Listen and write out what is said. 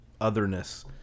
otherness